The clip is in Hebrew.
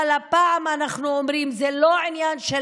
אבל הפעם אנחנו אומרים: זה לא עניין של